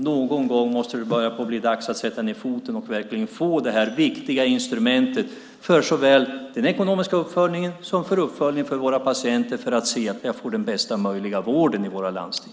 Någon gång måste det börja bli dags att sätta ned foten och verkligen få detta instrument för såväl den ekonomiska uppföljningen som för att se att våra patienter får den bästa möjliga vården i våra landsting.